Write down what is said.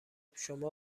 شما